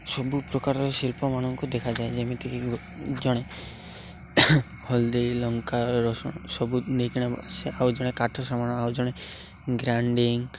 ସବୁ ପ୍ରକାରର ଶିଳ୍ପ ମାନଙ୍କୁ ଦେଖାଯାଏ ଯେମିତିକି ଜଣେ ହଳଦୀ ଲଙ୍କା ରସୁଣ ସବୁ ନେଇକି ଆସେ ଆଉ ଜଣେ କାଠ ସମାନ ଆଉ ଜଣେ ଗ୍ରାଇଣ୍ଡିଙ୍ଗ